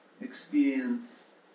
experience